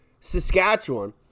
saskatchewan